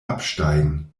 absteigen